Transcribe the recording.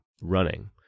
running